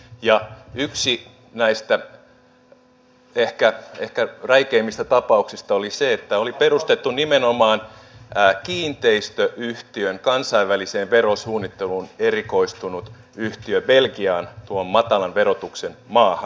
ja yksi näistä ehkä räikeimmistä tapauksista oli se että oli perustettu nimenomaan kiinteistöyhtiön kansainväliseen verosuunnitteluun erikoistunut yhtiö belgiaan tuon matalan verotuksen maahan